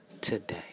today